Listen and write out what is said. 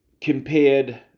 compared